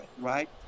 right